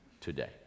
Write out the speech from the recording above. today